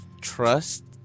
trust